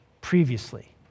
previously